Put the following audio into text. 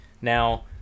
Now